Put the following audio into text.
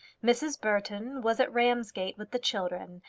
mrs. burton was at ramsgate with the children,